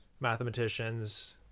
mathematicians